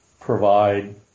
provide